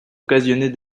occasionner